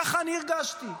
ככה הרגשתי.